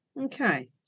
okay